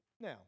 Now